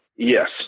Yes